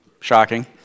shocking